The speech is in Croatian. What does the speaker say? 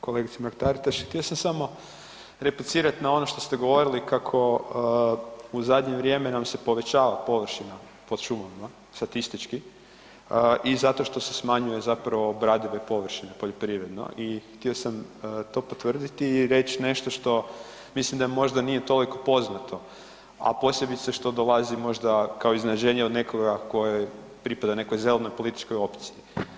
Kolegice Mrak-Taritaš, htio sam samo replicirat na ono što ste govorili kako u zadnje vrijeme nam se povećava površina pod šumama statistički i zato što se smanjuje zapravo obradive površine poljoprivredno i htio sam to potvrditi i reć nešto što mislim da možda nije toliko poznato, a posebice što dolazi možda kao iznenađenje od nekoga kojoj pripada nekoj zelenoj političkoj opciji.